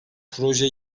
proje